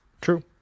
True